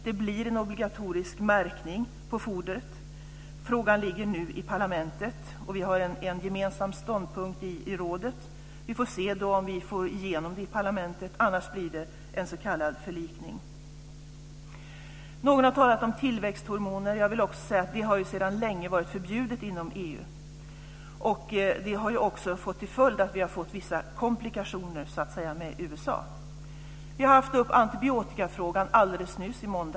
Det blir en obligatorisk märkning av fodret. Frågan ligger nu i parlamentet. Vi har en gemensam ståndpunkt i rådet. Vi får se om vi får igenom det i parlamentet, annars blir det en s.k. förlikning. Några har talat om tillväxthormoner. Jag vill också säga att de sedan länge har varit förbjudna inom EU. Det har fått till följd vissa komplikationer med I måndags var antibiotikafrågan uppe.